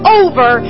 over